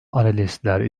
analistler